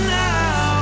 now